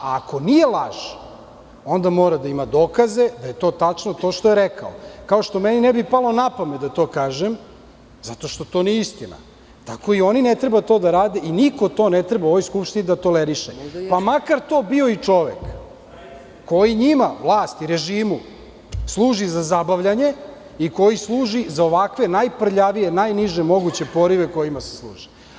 Ako nije laž, onda mora da ima dokaze da je to tačno to što je rekao, kao što meni ne bi palo na pamet da to kažem, zato što to nije istina, tkao da oni to ne treba to da rade i niko to ne treba u ovoj Skupštini to da toleriše, pa makar to bio i čovek koji njima, vlasti, režimu služi za zabavljanje i koji služi za ovakve najprljavije, najniže moguće porive kojima se služe.